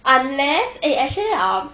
unless eh actually ah